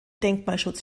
denkmalschutz